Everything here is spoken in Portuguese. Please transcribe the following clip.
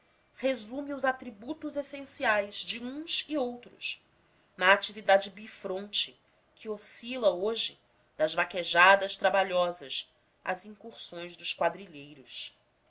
resume os atributos essenciais de uns e outros na atividade bifronte que oscila hoje das vaquejadas trabalhosas às incursões dos quadrilheiros